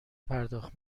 پرداخت